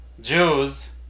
Jews